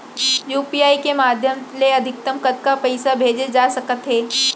UPI के माधयम ले अधिकतम कतका पइसा भेजे जाथे सकत हे?